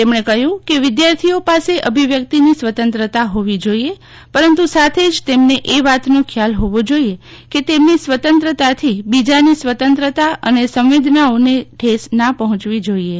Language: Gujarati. તેમણે કહ્યું કે વિદ્યાર્થીઓ પાસે અભિવ્યક્તિની સ્વતંત્રતા હોવી જોઈએ પરંતુ સાથે જ તેમને એ વાતનો ખ્યાલ હોવો જોઈએ કે તેમની સ્વતંત્રતાથી બીજાની સ્વતંત્રતા અને સંવેદનાઓને ઠેસના પહોંચવી જોઈએ